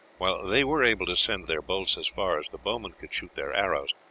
while they were able to send their bolts as far as the bowmen could shoot their arrows,